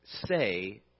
say